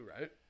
right